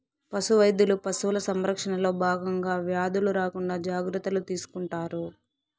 పశు వైద్యులు పశువుల సంరక్షణలో భాగంగా వ్యాధులు రాకుండా జాగ్రత్తలు తీసుకుంటారు